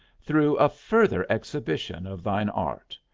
through a further exhibition of thine art.